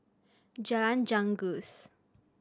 Jalan Janggus